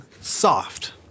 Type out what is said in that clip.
soft